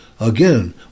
Again